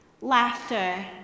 Laughter